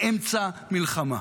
באמצע מלחמה,